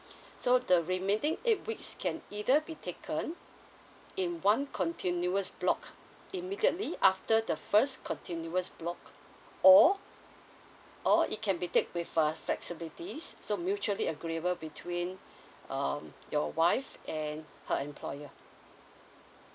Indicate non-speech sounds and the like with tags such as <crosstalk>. <breath> so the remaining eight weeks can either be taken in one continuous block immediately after the first continuous block or or it can be take with uh flexibilities so mutually agreeable between um your wife and her employer